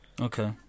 Okay